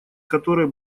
которой